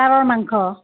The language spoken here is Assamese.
পাৰৰ মাংস